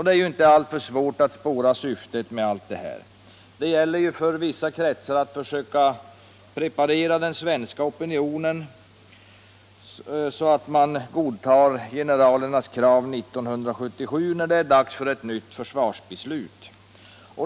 Det är inte alltför svårt att spåra syftet med allt detta. För vissa kretsar gäller det att försöka preparera den svenska opinionen så att man godtar generalernas krav 1977, när det är dags för ett nytt försvarsbeslut.